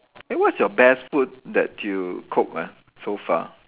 eh what's your best food that you cook ah so far